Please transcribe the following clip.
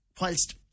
whilst